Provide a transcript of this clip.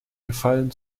gefallen